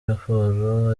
raporo